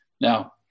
Now